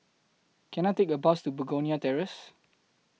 Can I Take A Bus to Begonia Terrace